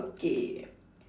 okay